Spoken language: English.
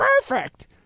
perfect